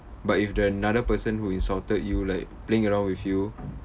but if the another person who insulted you like playing around with you